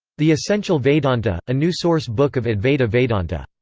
the essential vedanta a new source book of advaita vedanta.